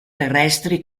terrestri